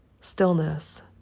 stillness